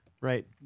right